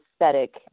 aesthetic